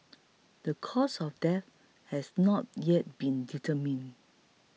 the cause of death has not yet been determined